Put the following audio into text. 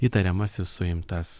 įtariamasis suimtas